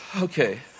okay